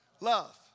Love